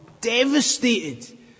devastated